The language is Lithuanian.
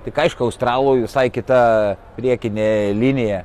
tik aišku australų visai kita priekinė linija